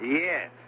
Yes